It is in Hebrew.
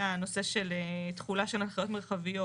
הנושא של תחולה של הנחיות מרחביות,